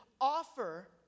offer